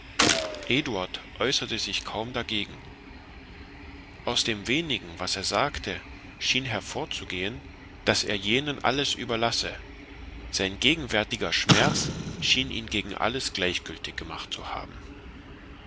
äußerte sich kaum dagegen aus dem wenigen was er sagte schien hervorzugehen daß er jenen alles überlasse sein gegenwärtiger schmerz schien ihn gegen alles gleichgültig gemacht zu haben